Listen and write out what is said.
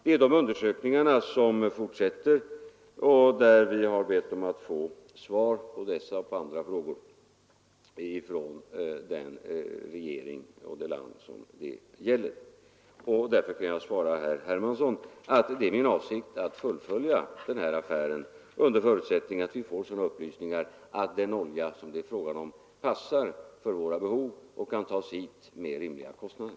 Det är de undersökningarna som fortsätter, och vi har bett att få svar på dessa och på andra frågor från den regering och det land som det gäller. Därför kan jag svara herr Hermansson att det är min avsikt att fullfölja den här affären under förutsättning att vi får sådana upplysningar att den olja som det är fråga om passar för våra behov och kan tas hit till rimliga kostnader.